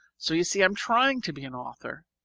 so you see i'm trying to be an author.